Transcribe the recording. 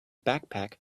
backpack